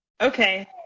Okay